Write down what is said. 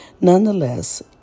Nonetheless